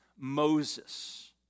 Moses